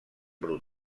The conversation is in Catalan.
brut